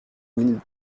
mille